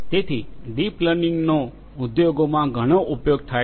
તેથી ડીપ લર્નિંગનો ઉદ્યોગોમાં ઘણો ઉપયોગ થાય છે